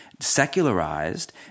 secularized